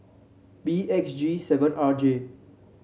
B X G seven R J